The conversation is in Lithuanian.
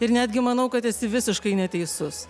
ir netgi manau kad esi visiškai neteisus